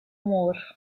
more